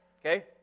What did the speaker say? Okay